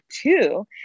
two